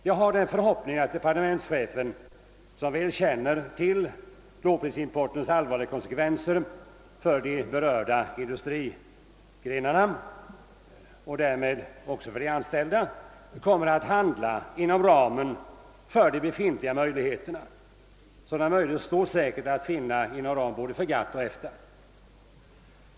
Jag har den förhoppningen att departementschefen, som väl känner till lågprisimportens allvarliga konsekvenser för de berörda industrigrenarna och därmed också för de anställda, kommer att handla inom ramen för de befintliga möjligheterna. Sådana möjligheter står säkert att finna inom ramen både för GATT och EFTA.